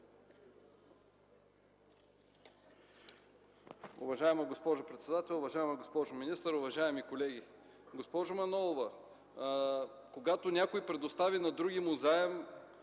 Уважаема госпожо председател, уважаема госпожо министър, уважаеми колеги! Госпожо Манолова, когато някой предостави на другиму заем,